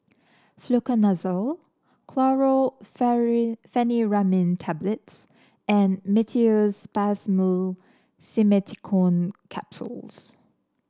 Fluconazole Tablets and Meteospasmyl Simeticone Capsules